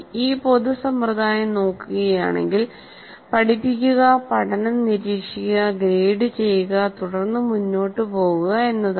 ഈ പൊതു സമ്പ്രദായം നോക്കുകയാണെങ്കിൽ പഠിപ്പിക്കുക പഠനം പരീക്ഷിക്കുക ഗ്രേഡ് ചെയ്യുക തുടർന്ന് മുന്നോട്ട് പോകുക എന്നതാണ്